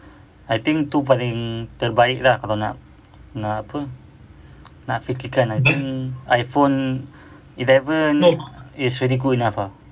I think tu paling terbaik lah kalau nak nak apa nak fikirkan iphone eleven is really good enough ah